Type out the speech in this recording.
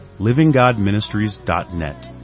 livinggodministries.net